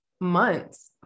months